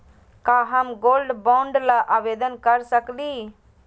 का हम gold bond ल आवेदन कर सकली?